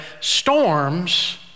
storms